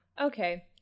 Okay